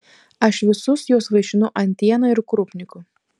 aš visus juos vaišinu antiena ir krupniku